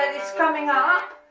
and it's coming up,